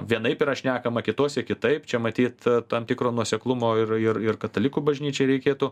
vienaip yra šnekama kitose kitaip čia matyt tam tikro nuoseklumo ir ir ir katalikų bažnyčiai reikėtų